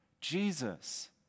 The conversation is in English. Jesus